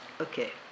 Okay